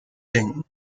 denken